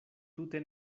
tute